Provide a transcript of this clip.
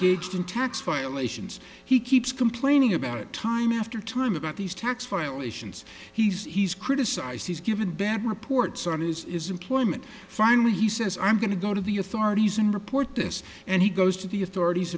in tax violations he keeps complaining about it time after time about these tax violations he's he's criticized he's given bad reports on is employment finally he says i'm going to go to the authorities and report this and he goes to the authorities